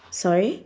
sorry